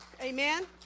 Amen